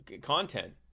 content